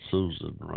Susan